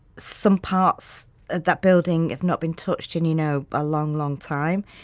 some parts of that building have not been touched in, you know, a long, long time.